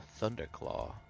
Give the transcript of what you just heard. Thunderclaw